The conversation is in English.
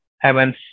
heavens